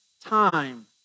time